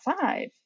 five